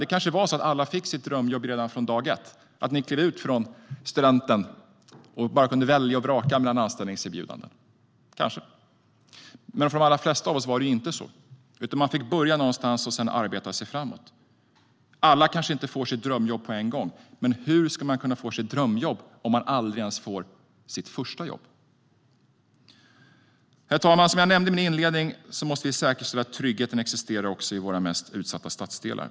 Det kanske var så att alla fick sitt drömjobb redan från dag ett, alltså att ni klev ut efter studenten och bara kunde välja och vraka bland anställningserbjudanden. Men för de allra flesta av oss var det inte så, utan vi fick börja någonstans och arbeta oss framåt. Alla kanske inte får sitt drömjobb på en gång. Men hur ska man kunna få sitt drömjobb om man aldrig ens får sitt första jobb? Herr talman! Som jag nämnde i min inledning måste vi säkerställa att tryggheten existerar också i våra mest utsatta stadsdelar.